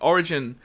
Origin